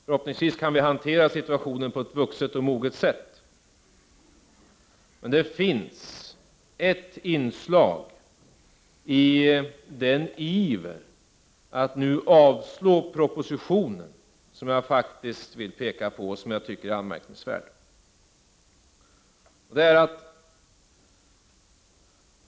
Förhoppningsvis kan vi hantera situationen på ett vuxet och moget sätt, men det finns ett inslag i den iver att nu avslå propositionen som jag faktiskt vill peka på och som jag tycker är anmärkningsvärd.